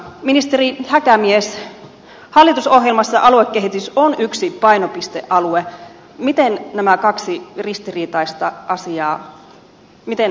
ministeri häkämies hallitusohjelmassa aluekehitys on yksi painopistealue miten nämä kaksi ristiriitaista asiaa miten kommentoitte tätä